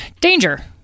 danger